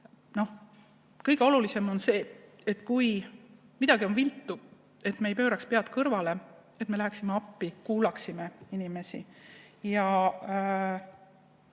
Kõige olulisem on see, et kui midagi on viltu, et me ei pööraks pead kõrvale, et me läheksime appi, kuulaksime inimesi ja